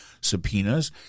subpoenas